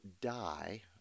die